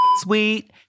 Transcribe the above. sweet